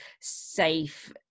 safe